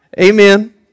Amen